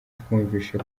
twumvise